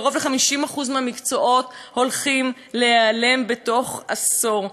קרוב ל-50% מהמקצועות הולכים להיעלם בתוך עשור.